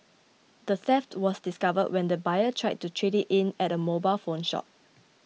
the theft was discovered when the buyer tried to trade it in at a mobile phone shop